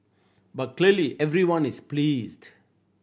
but clearly everyone is pleased